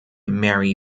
mary